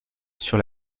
sur